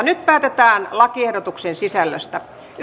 nyt päätetään lakiehdotuksen sisällöstä